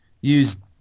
use